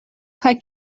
kaj